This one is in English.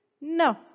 No